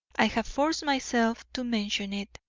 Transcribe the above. i have forced myself to mention it.